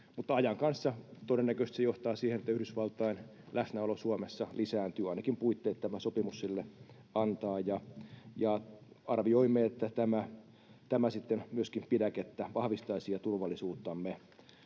ajan kanssa todennäköisesti se johtaa siihen, että Yhdysvaltain läsnäolo Suomessa lisääntyy, ainakin puitteet tämä sopimus sille antaa, ja arvioimme, että tämä sitten myöskin pidäkettä ja turvallisuuttamme